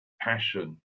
passion